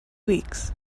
weeks